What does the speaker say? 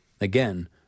Again